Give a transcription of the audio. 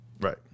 Right